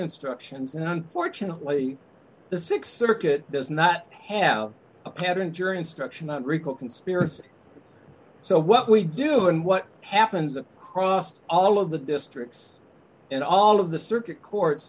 instructions and unfortunately the th circuit does not have a pattern journey instruction i recall conspiracy so what we do and what happens that crossed all of the districts in all of the circuit courts